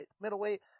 middleweight